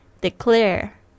Declare